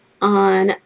on